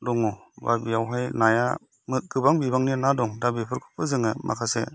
दङ बा बेयावहाय नाया गोबां बिबांनि ना दं दा बेफोरखौबो जोङो माखासे